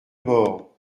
bord